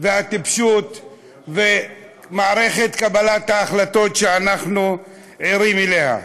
והטיפשות ומערכת קבלת ההחלטות שאנחנו ערים להם.